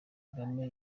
kagame